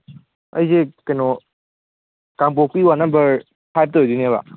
ꯑꯩꯁꯦ ꯀꯩꯅꯣ ꯀꯥꯡꯄꯣꯛꯄꯤ ꯋꯥꯔꯠ ꯅꯝꯕꯔ ꯐꯥꯏꯚꯇꯒꯤ ꯑꯣꯏꯗꯣꯏꯅꯦꯕ